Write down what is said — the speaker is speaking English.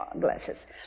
glasses